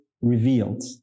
revealed